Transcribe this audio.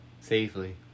Safely